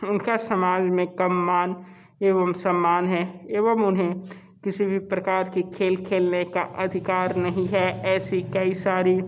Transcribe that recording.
उनका समाज में कम मान एवं सम्मान है एवं उन्हें किसी भी प्रकार के खेल खेलने का अधिकार नहीं है ऐसी कई सारी